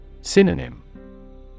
Synonym